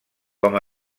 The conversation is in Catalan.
com